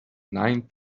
nine